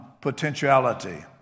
potentiality